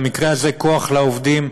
במקרה הזה כוח לעובדים,